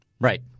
Right